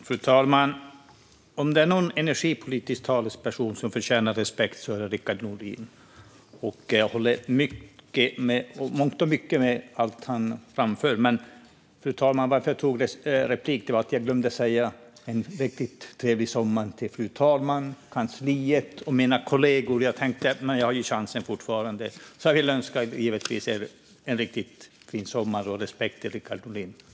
Fru talman! Om det är någon energipolitisk talesperson som förtjänar respekt så är det Rickard Nordin. Jag håller i mångt och mycket med om allt han framför. Fru talman! Jag begärde replik för att jag glömde önska en riktigt trevlig sommar till fru talmannen, kansliet och mina kollegor. När jag nu har chansen vill jag önska en riktigt fin sommar och respekt till Rickard Nordin.